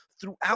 throughout